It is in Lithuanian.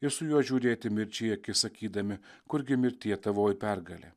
ir su juo žiūrėti mirčiai į akis sakydami kurgi mirtie tavoji pergalė